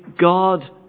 God